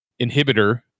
inhibitor